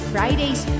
Fridays